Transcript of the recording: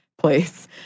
place